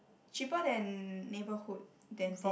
cheaper than neighborhood dentist